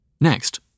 Next